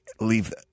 leave